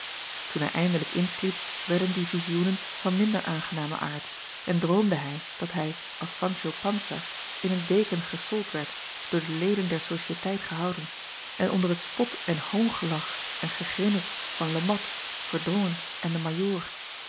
oen hij eindelijk insliep werden die vizioenen van minder aangenamen aard en droomde hij dat hij als ancho ança in een deken gesold werd door de leden der ociëteit gehouden en onder het spot en hoongelach en gegrinnik van e at erdrongen en den ajoor